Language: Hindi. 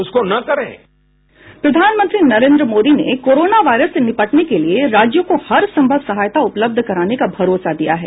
प्रधानमंत्री नरेंद्र मोदी ने कोरोना वायरस से निपटने के लिए राज्यों को हर संभव सहायता उपलब्ध कराने का भरोसा दिया है